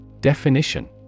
Definition